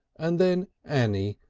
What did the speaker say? and then annie,